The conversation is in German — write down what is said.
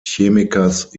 chemikers